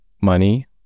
money